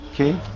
Okay